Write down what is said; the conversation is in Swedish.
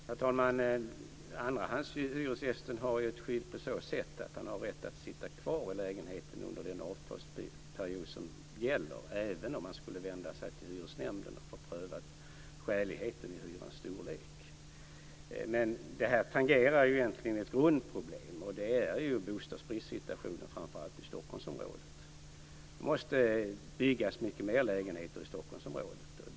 Herr talman! Andrahandshyresgästen har ju ett skydd på så sätt att han har rätt att sitta kvar i lägenheten under den avtalsperiod som gäller, även om han skulle vända sig till hyresnämnden för att få skäligheten i hyrans storlek prövad. Men detta tangerar egentligen ett grundproblem, nämligen bostadsbristen i framför allt Stockholmsområdet. Det måste byggas mycket fler lägenheter i Stockholmsområdet.